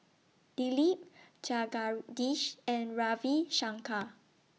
Dilip Jagadish and Ravi Shankar